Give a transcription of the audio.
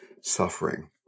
suffering